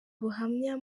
ubuhamya